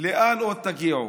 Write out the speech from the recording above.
עוד תגיעו?